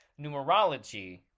numerology